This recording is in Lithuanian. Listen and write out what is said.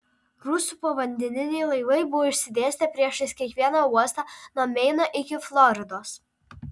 rusų povandeniniai laivai buvo išsidėstę priešais kiekvieną uostą nuo meino iki floridos